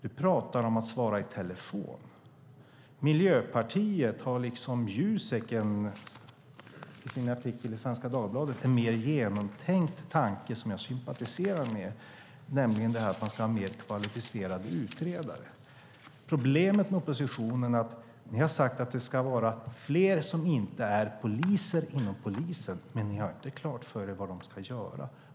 Du pratar om att svara i telefon. Miljöpartiet har, liksom Jusek som skriver om det i en artikel i Svenska Dagbladet, en mer genomtänkt tanke som jag sympatiserar med, nämligen att man ska ha fler kvalificerade utredare. Problemet med oppositionen är att ni har sagt att det ska vara fler som inte ska vara poliser inom polisen, men ni har inte klart för er vad de ska göra.